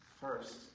First